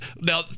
Now